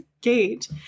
gate